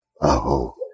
Aho